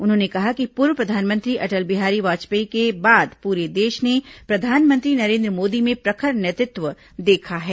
उन्होंने कहा कि पूर्व प्रधानमंत्री अटल बिहारी वाजपेयी के बाद पूरे देश ने प्रधानमंत्री नरेन्द्र मोदी में प्रखर नेतृत्व देखा है